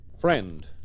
Friend